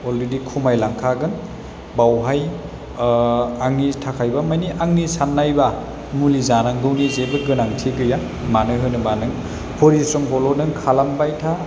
already खामायलांखागोन बावहाय आंनि थाखायबा मानि आंनि सान्नायबा मुलि जानांगौनि जेबो गोनांथि गैया मानो होनोबा नों परिस्रमखौल' नों खालामबाय था